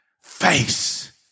face